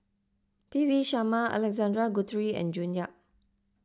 P V Sharma Alexander Guthrie and June Yap